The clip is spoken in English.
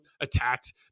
attacked